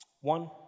One